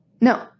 No